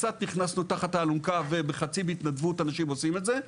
קצת נכנסנו תחת האלונקה ובחצי מהתנדבות אנשים עושים את זה.